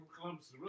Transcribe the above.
Columbus